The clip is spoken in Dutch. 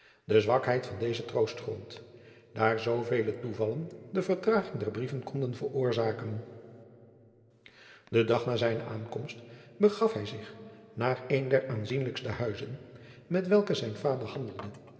de zwakheid van dezen troostadriaan loosjes pzn het leven van maurits lijnslager grond daar zoovele toevallen de vertraging der brieven konden veroorzaken den dag na zijne aankomst begaf hij zich naar een der aanzienlijkste huizen met welke zijn vader handelde